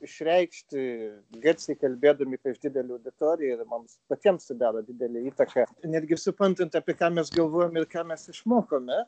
išreikšti garsiai kalbėdami prieš didelę auditoriją ir mums patiems tai daro didelę įtaką netgi suprantant apie ką mes galvojam ir ką mes išmokome